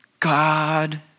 God